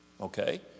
Okay